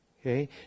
Okay